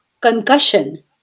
concussion